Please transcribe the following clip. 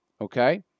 Okay